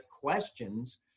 questions